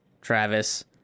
travis